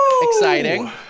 exciting